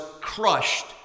crushed